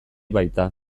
baita